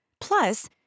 Plus